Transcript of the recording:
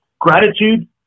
Gratitude